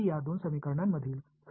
ஏதாவது ஒற்றுமைகள் இருக்கிறதா